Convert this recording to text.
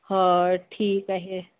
ह ठीक आहे